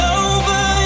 over